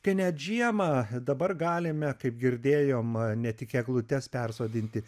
kai net žiemą dabar galime kaip girdėjom ne tik eglutes persodinti